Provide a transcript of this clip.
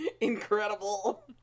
Incredible